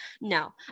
no